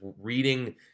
reading